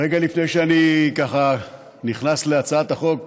רגע לפני שאני ככה נכנס להצעת החוק,